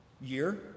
year